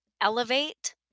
elevate